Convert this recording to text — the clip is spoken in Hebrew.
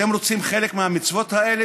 אתם רוצים חלק מהמצוות האלה?